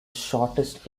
shortest